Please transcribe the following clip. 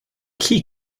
key